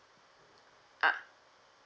uh